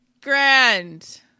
grand